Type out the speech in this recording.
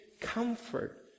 comfort